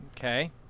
Okay